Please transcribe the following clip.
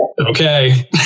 okay